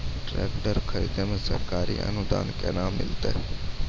Tractor खरीदै मे सरकारी अनुदान केना मिलतै?